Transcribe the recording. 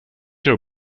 your